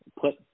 put